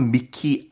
Mickey